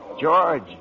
George